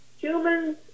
humans